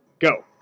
Go